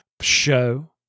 show